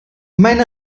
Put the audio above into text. meine